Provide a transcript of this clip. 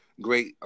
great